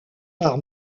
par